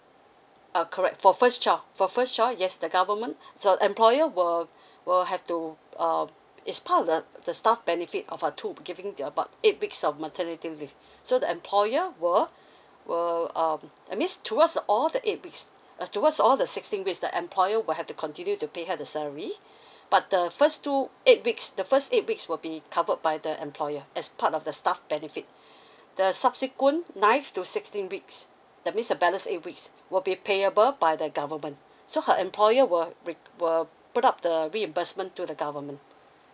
uh correct for first child for first child yes the government the employer will will have to uh it's part of the the staff benefit of a two giving to about eight weeks of maternity leave so the employer will will um that means towards all the eight weeks uh towards all the sixteen weeks the employer will have to continue to pay her the salary but the first two eight weeks the first eight weeks will be covered by the employer as part of the staff benefit the subsequent ninth to sixteenth weeks that means the balance eight weeks will be payable by the government so her employer will re~ will put up the reimbursement to the government